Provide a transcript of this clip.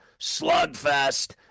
slugfest